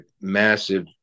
massive